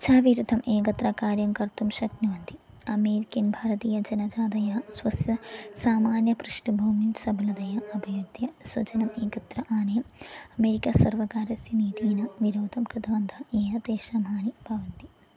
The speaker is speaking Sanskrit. च विरुद्धम् एकत्र कार्यं कर्तुं शक्नुवन्ति अमेरिकिन् भारतीयजनजातयः स्वस्य सामान्यपृष्ठभूमिं सफलतया अभियुद्ध्य स्वजनम् एकत्र आनीय अमेरिकसर्वकारस्य नीतिनां विरोधं कृतवन्तः येन तेषां हानिः भवन्ति